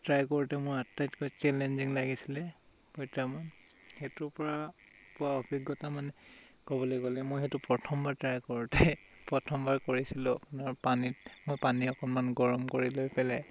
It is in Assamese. ট্ৰাই কৰোঁতে মোৰ আটাইতকৈ চেলেইঞ্জিং লাগিছিলে প্ৰত্যাহ্বান সেইটোৰ পৰা পোৱা অভিজ্ঞতা মানে ক'বলৈ গ'লে মই সেইটো প্ৰথমবাৰ ট্ৰাই কৰোঁতে প্ৰথমবাৰ কৰিছিলোঁ আপোনাৰ পানীত মই পানী অকণমান গৰম কৰি লৈ পেলাই